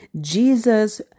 Jesus